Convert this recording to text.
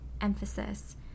emphasis